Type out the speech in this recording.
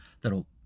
that'll